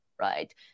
right